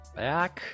back